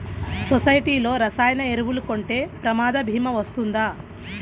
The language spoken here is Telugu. సొసైటీలో రసాయన ఎరువులు కొంటే ప్రమాద భీమా వస్తుందా?